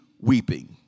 weeping